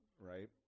right